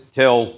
till